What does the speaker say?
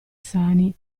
sani